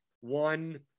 one